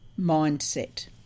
mindset